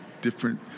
different